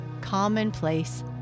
commonplace